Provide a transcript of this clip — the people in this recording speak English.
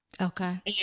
Okay